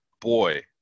boy